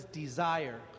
desire